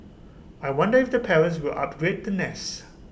I wonder if the parents will upgrade the nest